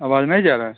आवाज़ नहीं जा रहा है